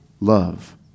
love